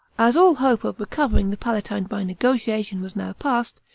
as all hope of recovering the palatinate by negotiation was now past,